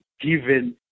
given